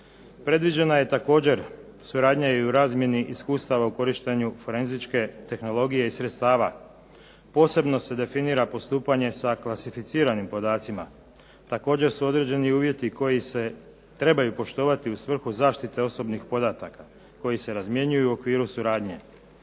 Predviđena je također suradnja i u razmjeni iskustava u korištenju forenzičke tehnologije i sredstava. Posebno se definira postupanje sa klasificiranim podacima. Također su određeni i uvjeti koji se trebaju poštovati u svrhu zaštite osobnih podataka koji se razmjenjuju u okviru suradnje.